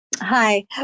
Hi